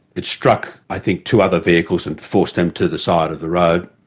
it struck i think two other vehicles and forced them to the side of the road.